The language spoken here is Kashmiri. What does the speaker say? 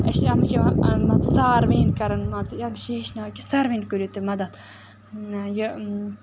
أسۍ چھِ اَتھ منٛز چھِ یِوان مان ژٕ ساروٕیَن کَران مان ژٕ یَکجہ ہِش نا کہِ ساروٮ۪ن کٔرِو تُہۍ مَدد یہِ